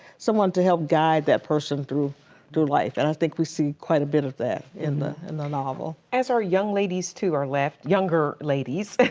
someone to help guide that person through life. and i think we see quite a bit of that in the in the novel. as our young ladies to our left, younger ladies.